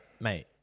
Mate